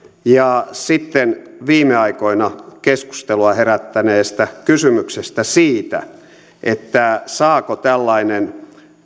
ja sitten viime aikoina keskustelua herättäneestä kysymyksestä siitä saako tällainen